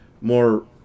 more